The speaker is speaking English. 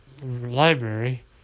library